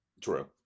True